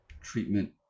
treatment